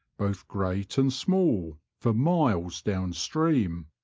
both great and small, for miles down stream.